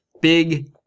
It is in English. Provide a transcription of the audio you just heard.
big